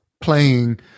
playing